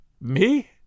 Me